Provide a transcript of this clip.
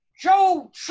Joe